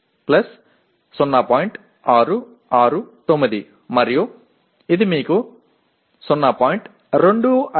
669 మరియు అది మీకు 0